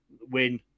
win